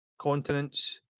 continents